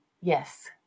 Yes